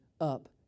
up